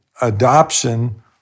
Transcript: adoption